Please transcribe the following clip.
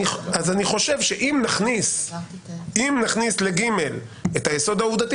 אני חושב שאם נכניס ל-(ג) את היסוד העובדתי